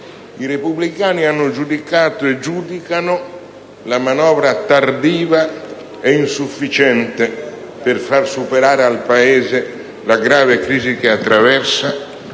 i Repubblicani hanno giudicato e giudicano la manovra tardiva e insufficiente per far superare al Paese la grave crisi che attraversa,